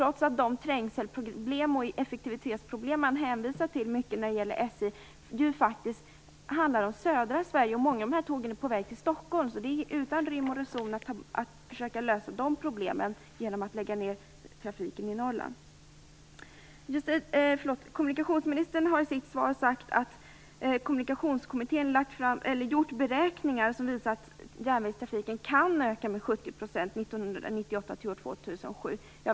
Men de trängsel och effektivitetsproblem som man ofta hänvisar till när det gäller SJ gäller faktiskt södra Sverige, och många av tågen är på väg till Stockholm. Det är alltså utan rim och reson att försöka lösa de problemen genom att lägga ned trafiken i Kommunikationsministern har i sitt svar sagt att 1998-2007.